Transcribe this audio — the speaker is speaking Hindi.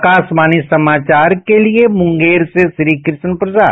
आकाशवाणी समाचार के लिए मुंगेर से श्रीकृष्ण प्रसाद